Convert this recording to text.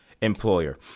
employer